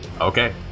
Okay